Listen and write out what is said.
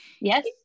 yes